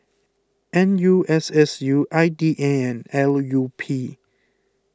N U S S U I D A and L U P